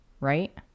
right